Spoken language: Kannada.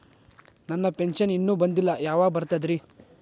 ನನ್ನ ಪೆನ್ಶನ್ ಇನ್ನೂ ಬಂದಿಲ್ಲ ಯಾವಾಗ ಬರ್ತದ್ರಿ?